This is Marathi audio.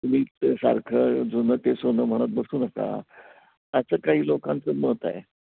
तुम्हीच सारखं जुनं ते सोनं म्हणत बसू नका असं काही लोकांचं मत आहे